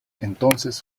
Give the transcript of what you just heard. entonces